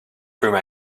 through